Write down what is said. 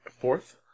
fourth